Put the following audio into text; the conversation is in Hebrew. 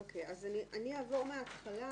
אני אעבור מההתחלה